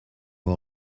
our